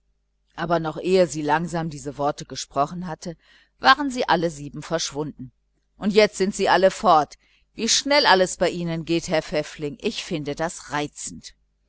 aber noch ehe sie langsam diese worte gesprochen hatte waren alle sieben schon verschwunden und jetzt sind alle fort wie schnell das alles bei ihnen geht herr pfäffling ich finde das so reizend